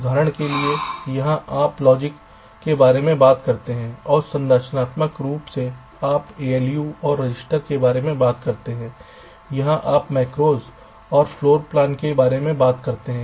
उदाहरण के लिए यहाँ आप लॉजिक के बारे में बात करते हैं और संरचनात्मक रूप से आप ALU और रजिस्टर के बारे में बात करते हैं और यहाँ आप मैक्रोज़ और फ़्लोर प्लान के बारे में बात करते हैं